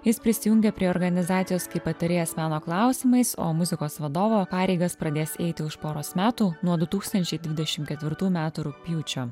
jis prisijungė prie organizacijos kaip patarėjas meno klausimais o muzikos vadovo pareigas pradės eiti už poros metų nuo du tūkstančiai dvidešim ketvirtų metų rugpjūčio